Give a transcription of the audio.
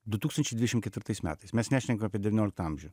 du tūkstančiai dvidešim ketvirtais metais mes nešnekam apie devynioliktą amžių